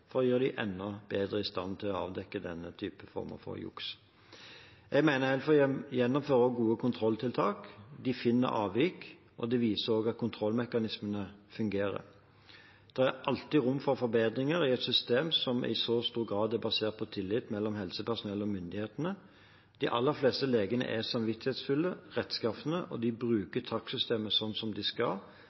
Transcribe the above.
for å gjøre dem enda bedre i stand til å avdekke denne formen for juks. Jeg mener Helfo gjennomfører gode kontrolltiltak. De finner avvik, og det viser at kontrollmekanismene fungerer. Det er alltid rom for forbedringer i et system som i så stor grad er basert på tillit mellom helsepersonell og myndigheter. De aller fleste legene er samvittighetsfulle og rettskafne, og de bruker takstsystemet som de skal.